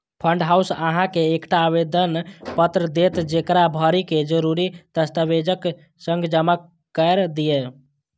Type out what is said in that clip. fund house अहां के एकटा आवेदन पत्र देत, जेकरा भरि कें जरूरी दस्तावेजक संग जमा कैर दियौ